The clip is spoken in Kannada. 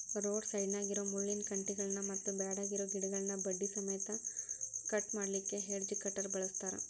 ರೋಡ್ ಸೈಡ್ನ್ಯಾಗಿರೋ ಮುಳ್ಳಿನ ಕಂಟಿಗಳನ್ನ ಮತ್ತ್ ಬ್ಯಾಡಗಿರೋ ಗಿಡಗಳನ್ನ ಬಡ್ಡಿ ಸಮೇತ ಕಟ್ ಮಾಡ್ಲಿಕ್ಕೆ ಹೆಡ್ಜ್ ಕಟರ್ ಬಳಸ್ತಾರ